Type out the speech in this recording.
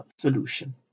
solution